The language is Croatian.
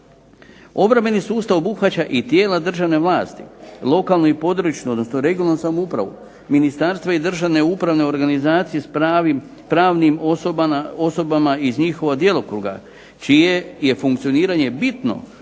Obrambeni sustav obuhvaća i tijela državne vlasti, lokalnu i područnu, odnosno regionalnu samoupravu, ministarstva i državne upravne organizacije s pravnim osobama iz njihovog djelokruga čije je funkcioniranje bitno